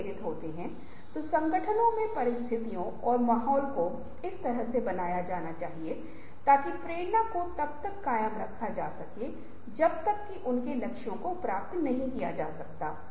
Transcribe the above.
वे भी नहीं हैं अगर उनके पास नवीनीकरण और रचनात्मकता बनाने की क्षमता है कि क्षमता का दोहन नहीं किया जाता है या इसका उपयोग नहीं किया जाता है